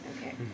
Okay